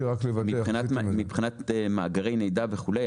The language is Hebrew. מבחינת מאגרי מידע וכולי,